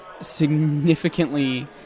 significantly